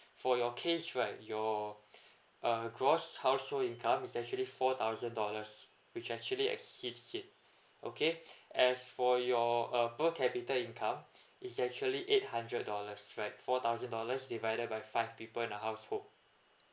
for your case right your uh gross household income is actually four thousand dollars which actually exceeds it okay as for your uh per capita income is actually eight hundred dollars right four thousand dollars divided by five people in a household